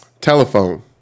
Telephone